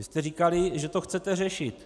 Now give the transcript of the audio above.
Vy jste říkali, že to chcete řešit.